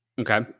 Okay